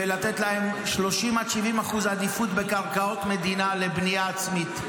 לתת להם 30% עד 70% עדיפות בקרקעות מדינה לבנייה עצמית.